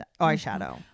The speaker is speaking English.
eyeshadow